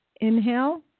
inhale